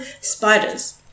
spiders